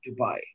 Dubai